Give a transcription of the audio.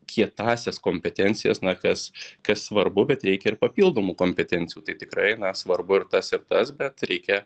kietąsias kompetencijas na kas kas svarbu bet reikia ir papildomų kompetencijų tai tikrai na svarbu ir tas ir tas bet reikia